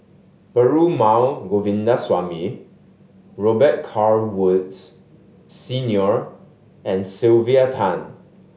Perumal Govindaswamy Robet Carr Woods Senior and Sylvia Tan